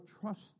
trust